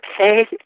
Okay